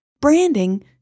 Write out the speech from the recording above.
branding